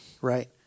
Right